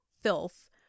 filth